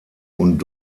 und